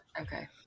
Okay